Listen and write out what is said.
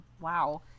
wow